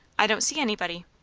i don't see anybody.